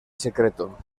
secreto